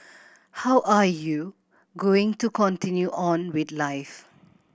how are you going to continue on with life